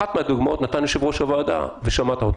אחת מהדוגמאות נתן יושב-ראש הוועדה, ושמעת אותה.